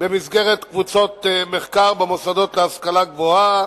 במסגרת קבוצות מחקר במוסדות להשכלה גבוהה